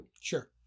Sure